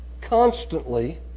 constantly